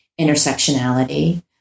intersectionality